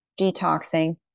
detoxing